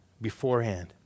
beforehand